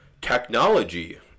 technology